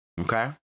Okay